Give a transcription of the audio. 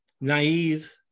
naive